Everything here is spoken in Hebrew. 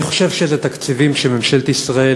אני חושב שאלה תקציבים שממשלת ישראל